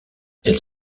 elles